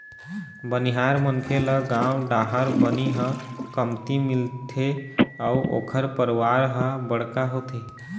बनिहार मनखे ल गाँव डाहर बनी ह कमती मिलथे अउ ओखर परवार ह बड़का होथे